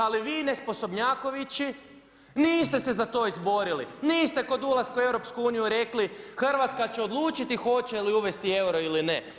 Ali, vi nesposobnjakovići, niste se za to izborili, niste kod ulaska u EU rekli, Hrvatska će odlučiti, hoće li uvesti euro ili ne.